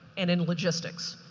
and in logistics.